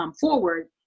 forward